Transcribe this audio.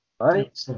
Right